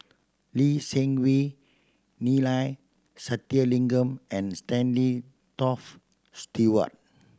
Lee Seng Wee Neila Sathyalingam and Stanley Toft Stewart